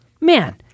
man